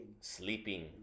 Sleeping